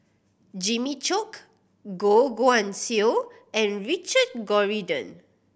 Jimmy Chok Goh Guan Siew and Richard Corridon